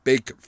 Big